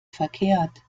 verkehrt